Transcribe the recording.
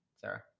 Sarah